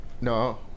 No